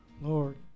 Lord